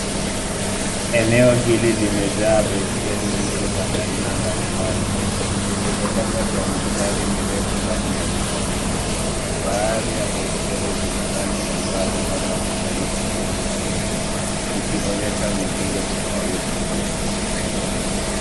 Eneo hili limejaa baiskeli nyingi za aina mbalimbali, zilizopangwa kwa mistari mirefu ndani ya duka kubwa. Baadhi ya baiskeli zina rangi angavu kama kijani kibichi na chungwa, zikionyesha mitindo tofauti.